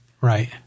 Right